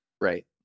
Right